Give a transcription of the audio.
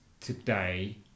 today